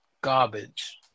garbage